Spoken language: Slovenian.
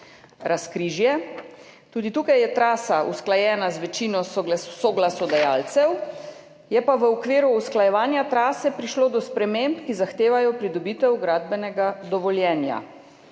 Razkrižje. Tudi tukaj je trasa usklajena z večino soglasodajalcev, je pa v okviru usklajevanja trase prišlo do sprememb, ki zahtevajo pridobitev gradbenega dovoljenja.